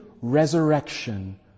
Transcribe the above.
resurrection